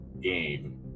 game